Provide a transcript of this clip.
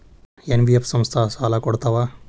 NBF ಸಂಸ್ಥಾ ಸಾಲಾ ಕೊಡ್ತಾವಾ?